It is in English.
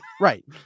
Right